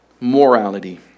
morality